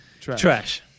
Trash